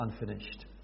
unfinished